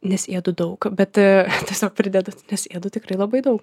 nes ėdu daug bet tiesiog pridedu nes ėdu tikrai labai daug